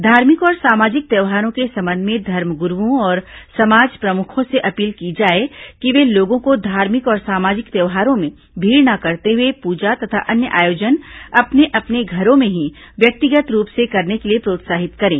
धार्मिक और सामाजिक त्योहारों के संबंध में धर्म गुरूओं और समाज प्रमुखों से अपील की जाए कि ये लोगों को धार्मिक और सामाजिक त्योहारों में भीड़ न करते हुए पूजा तथा अन्य आयोजन अपने अपने घरों में ही व्यक्तिगत रूप से करने के लिए प्रोत्साहित करें